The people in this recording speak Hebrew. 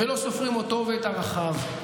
ולא סופרים אותו ואת ערכיו,